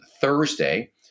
thursday